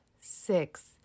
six